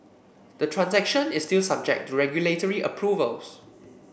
the transaction is still subject to regulatory approvals